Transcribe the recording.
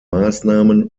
maßnahmen